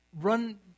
run